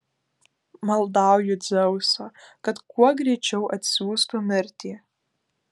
maldauju dzeuso kad kuo greičiau atsiųstų mirtį